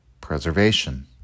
preservation